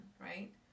right